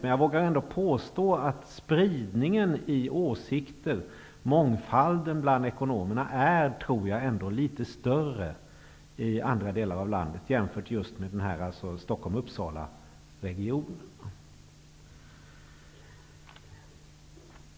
Men jag vågar ändå påstå att spridningen i åsikter -- mångfalden bland ekonomerna -- ändå är litet större i andra delar av landet jämfört med Stockholm--Uppsala-regionen.